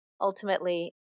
ultimately